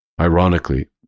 Ironically